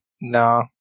no